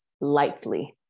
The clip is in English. lightly